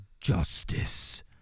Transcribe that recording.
Justice